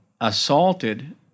assaulted